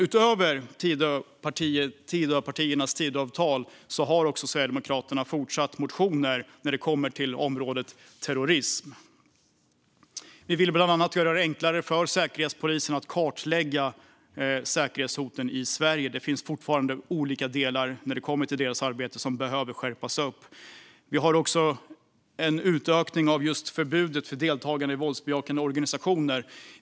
Utöver Tidöavtalet har Sverigedemokraterna också motioner på området terrorism. Vi vill bland annat göra det enklare för Säkerhetspolisen att kartlägga säkerhetshoten i Sverige. Olika delar av deras arbete behöver fortfarande skärpas upp. Vi har också förslag om en utökning av förbudet mot deltagande i våldsbejakande organisationer.